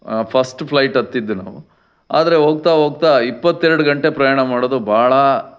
first flight ಹತ್ತಿದ್ದು ನಾವು ಆದರೆ ಹೋಗ್ತಾ ಹೋಗ್ತಾ ಇಪ್ಪತ್ತೆರಡು ಗಂಟೆ ಪ್ರಯಾಣ ಮಾಡೋದು ಭಾಳ